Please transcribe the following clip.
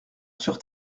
sur